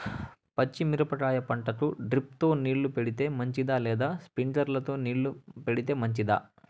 పచ్చి మిరపకాయ పంటకు డ్రిప్ తో నీళ్లు పెడితే మంచిదా లేదా స్ప్రింక్లర్లు తో నీళ్లు పెడితే మంచిదా?